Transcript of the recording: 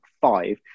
five